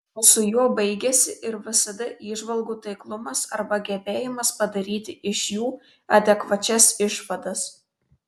o su juo baigiasi ir vsd įžvalgų taiklumas arba gebėjimas padaryti iš jų adekvačias išvadas